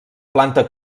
planta